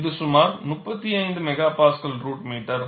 இது சுமார் 35 MPa root metre